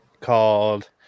called